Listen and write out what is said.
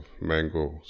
mangoes